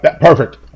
Perfect